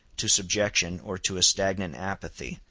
to subjection, or to a stagnant apathy,